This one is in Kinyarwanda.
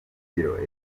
bureau